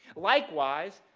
likewise,